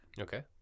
Okay